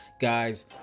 guys